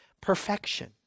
perfection